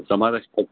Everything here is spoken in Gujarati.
તમારે